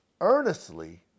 earnestly